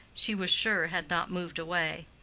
she was sure had not moved away.